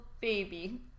baby